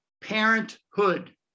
parenthood